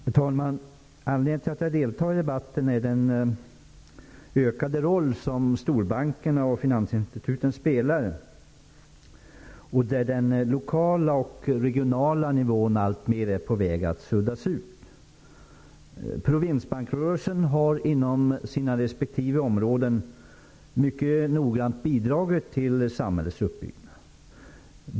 Herr talman! Anledningen till att jag deltar i debatten är den ökade roll som storbankerna och finansinstituten spelar, där den lokala och regionala nivån alltmer är på väg att suddas ut. Provinsbanksrörelsen har inom respektive områden mycket noggrant bidragit till samhällets uppbyggnad.